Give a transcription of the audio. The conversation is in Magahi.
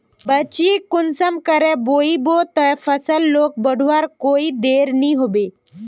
बिच्चिक कुंसम करे बोई बो ते फसल लोक बढ़वार कोई देर नी होबे?